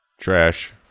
Trash